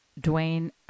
Dwayne